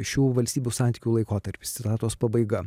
šių valstybių santykių laikotarpis citatos pabaiga